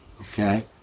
Okay